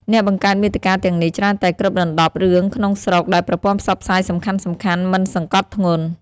អ្នកបង្កើតមាតិកាទាំងនេះច្រើនតែគ្របដណ្តប់រឿងក្នុងស្រុកដែលប្រព័ន្ធផ្សព្វផ្សាយសំខាន់ៗមិនសង្កត់ធ្ងន់។